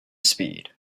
speed